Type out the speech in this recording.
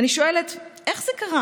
ואני שואלת: איך זה קרה?